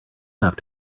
have